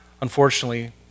unfortunately